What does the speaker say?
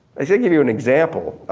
i should give you an example.